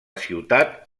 ciutat